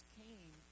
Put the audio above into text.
came